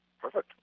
Perfect